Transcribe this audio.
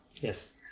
Yes